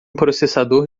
processador